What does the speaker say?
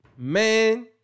Man